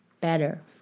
better